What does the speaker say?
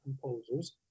composers